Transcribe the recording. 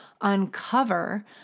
uncover